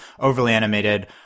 OverlyAnimated